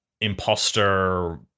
imposter